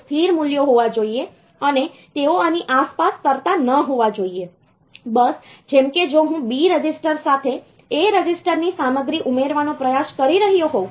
તેઓ સ્થિર મૂલ્યો હોવા જોઈએ અને તેઓ આની આસપાસ તરતા ન હોવા જોઈએ બસ જેમ કે જો હું B રજિસ્ટર સાથે A રજિસ્ટરની સામગ્રી ઉમેરવાનો પ્રયાસ કરી રહ્યો હોવ